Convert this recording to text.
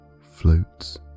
floats